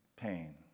pain